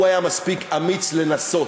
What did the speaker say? והוא היה מספיק אמיץ לנסות,